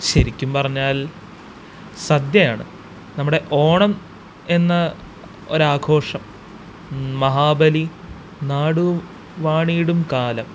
ശരിക്കും പറഞ്ഞാല് സദ്യയാണ് നമ്മുടെ ഓണം എന്ന ഒരാഘോഷം മഹാബലി നാടു വാണീടും കാലം